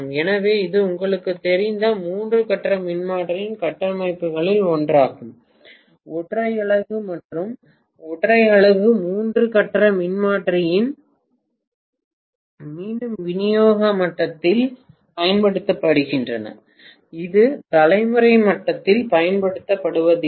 எனவே இது உங்களுக்குத் தெரிந்த மூன்று கட்ட மின்மாற்றியின் கட்டமைப்புகளில் ஒன்றாகும் ஒற்றை அலகு மற்றும் ஒற்றை அலகு மூன்று கட்ட மின்மாற்றிகள் மீண்டும் விநியோக மட்டத்தில் பயன்படுத்தப்படுகின்றன இது தலைமுறை மட்டத்தில் பயன்படுத்தப்படுவதில்லை